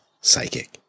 psychic